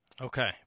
Okay